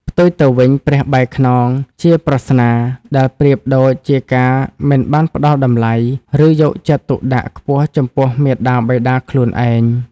ផ្ទុយទៅវិញ "ព្រះបែរខ្នង" ជាប្រស្នាដែលប្រៀបដូចជាការមិនបានផ្តល់តម្លៃ ឬយកចិត្តទុកដាក់ខ្ពស់ចំពោះមាតាបិតាខ្លួនឯង។